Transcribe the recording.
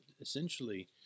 essentially